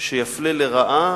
שיפלה לרעה